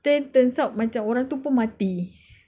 turn turns out macam orang tu pun mati